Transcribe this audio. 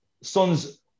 Son's